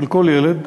של כל ילד,